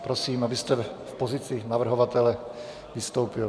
Prosím, abyste v pozici navrhovatele vystoupil.